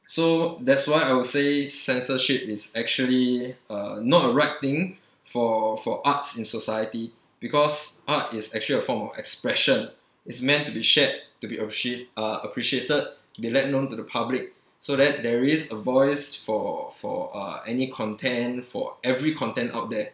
so that's why I would say censorship is actually uh not a right thing for for arts in society because art is actually a form of expression it's meant to be shared to be appreci~ uh appreciated be let known to the public so that there is a voice for for uh any content for every content out there